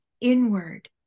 inward